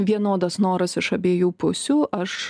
vienodas noras iš abiejų pusių aš